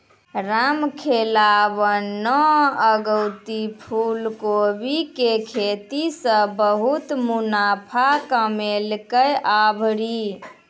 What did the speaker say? रामखेलावन न अगेती फूलकोबी के खेती सॅ बहुत मुनाफा कमैलकै आभरी